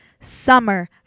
summer